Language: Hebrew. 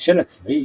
המושל הצבאי,